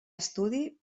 estudi